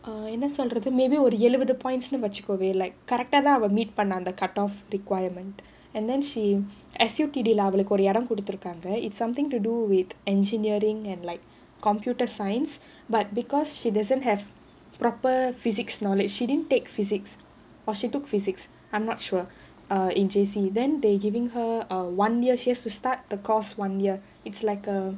err என்ன சொல்றது:enna solradhu maybe ஒரு எழுவது:oru ezhuvathu points வெச்சிகொய:vechikoya like correct தான் அவன்:dhaan avan meet பண்ண அந்த:panna antha cutoff requirement and then she S_U_T_D leh அவளுக்கு ஒரு இடம் குடுத்தீர்க்காங்க:avalukku oru idam kudutheerkkaanga it's something to do with engineering and like computer science but because she doesn't have proper physics knowledge she didn't take physics or she took physics I'm not sure err in J_C then they giving her err one year she has to start the course one year it's like a